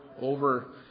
over